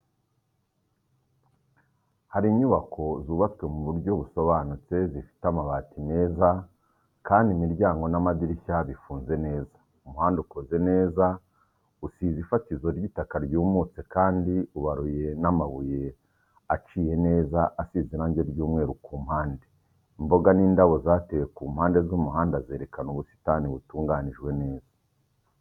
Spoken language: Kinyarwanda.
Hari inyubako zubatswe mu buryo busobanutse zifite amabati meza kandi imiryango n'amadirishya bifunze neza. Umuhanda ukoze neza usize ifatizo y’itaka ryumutse kandi ubaruye n'amabuye aciye neza asize irangi ry'umweru ku mpande. Imboga n’indabo zatewe ku mpande z’umuhanda zerekana ubusitani butunganijwe neza.